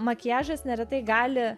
makiažas neretai gali